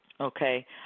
okay